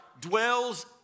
dwells